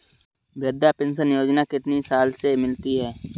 वृद्धा पेंशन योजना कितनी साल से मिलती है?